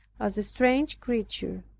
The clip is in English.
as a strange creature.